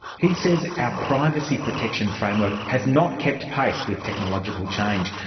he says our privacy protection framework has not kept pace with technological change,